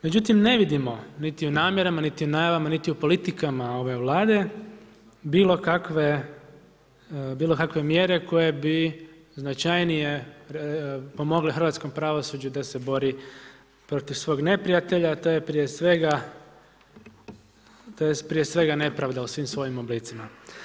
Međutim, ne vidimo niti u namjerama, niti u politikama ove Vlade, bilo kakve mjere koje bi značajnije pomogle hrvatskom pravosuđu da se bori protiv svog neprijatelja, a to je prije svega, nepravda u svim svojim oblicima.